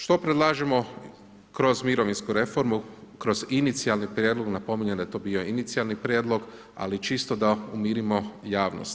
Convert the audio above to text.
Što predlažemo kroz mirovinsku reformu, kroz inicijalni prijedlog, napominjem da je to bio inicijalni prijedlog, ali čisto da umirimo javnost.